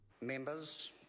Members